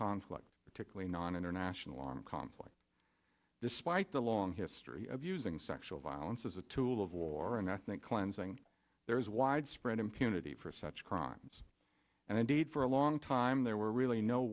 conflict particularly non international armed conflict despite the long history of using sexual violence as a tool of war and ethnic cleansing there is widespread impunity for such crimes and indeed for a long time there were really no